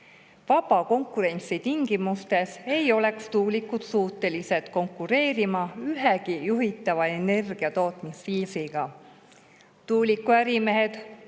Vaba konkurentsi tingimustes ei oleks tuulikud suutelised konkureerima ühegi juhitava energiatootmisviisiga. Tuulikuärimehed